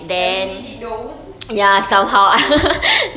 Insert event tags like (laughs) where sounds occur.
but you made it though (laughs)